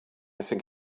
think